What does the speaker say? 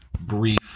brief